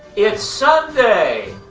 it's sunday.